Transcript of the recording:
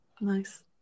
Nice